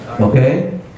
Okay